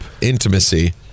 intimacy